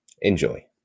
Enjoy